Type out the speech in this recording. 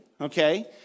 okay